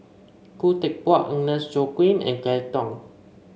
Khoo Teck Puat Agnes Joaquim and Kelly Tang